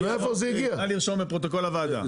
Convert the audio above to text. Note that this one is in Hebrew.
נא לרשום בפרוטוקול הוועדה,